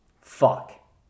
Fuck